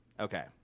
Okay